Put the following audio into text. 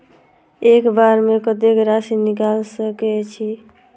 एक बार में कतेक राशि निकाल सकेछी?